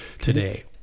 today